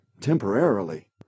temporarily